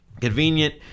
convenient